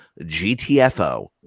GTFO